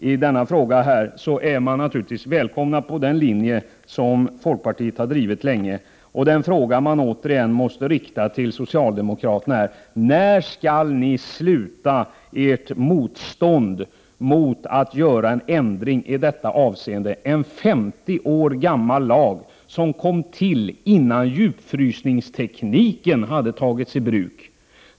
I denna fråga är de naturligtvis välkomna på den linje som folkpartiet länge har drivit. Den fråga man återigen måste rikta till socialdemokraterna är: När skall ni sluta med ert motstånd mot en ändring i detta avseende? Vi har en 50 år gammal lag som kom till innan djupfrysningstekniken hade tagits i bruk.